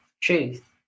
truth